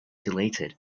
deleted